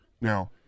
Now